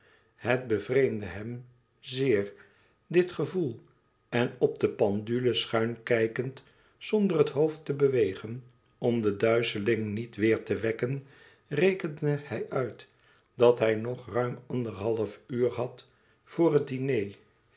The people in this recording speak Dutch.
het bevreemde hem zeer dit gevoel en op de pendule schuin kijkend zonder het hoofd te bewegen om de duizeling niet weêr te wekken rekende hij uit dat hij nog ruim anderhalf uur had vor het diner